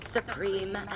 Supreme